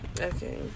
Okay